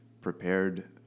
prepared